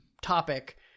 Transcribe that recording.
topic